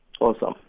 Awesome